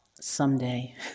someday